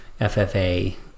FFA